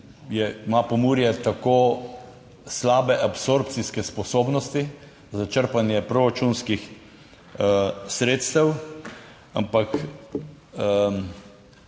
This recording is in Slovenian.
ima Pomurje tako slabe absorpcijske sposobnosti za črpanje proračunskih sredstev, ampak